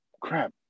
Crap